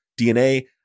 DNA